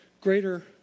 greater